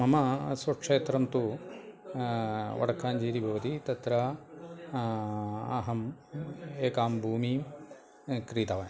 मम स्वक्षेत्रं तु वडक्काञ्चीति भवति तत्र अहम् एकां भूमिं क्रीतवान्